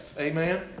Amen